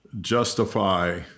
justify